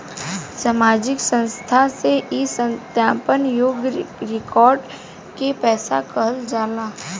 सामाजिक संस्था से ई सत्यापन योग्य रिकॉर्ड के पैसा कहल जाला